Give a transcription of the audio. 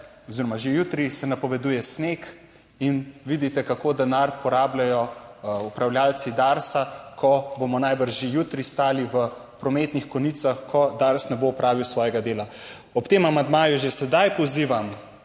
za jutri se napoveduje sneg in vidite, kako denar porabljajo upravljavci Darsa, ko bomo najbrž že jutri stali v prometnih konicah, ko Dars ne bo opravil svojega dela. Ob tem amandmaju že sedaj pozivam